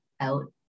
out